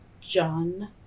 John